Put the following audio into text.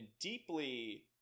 deeply